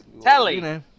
Telly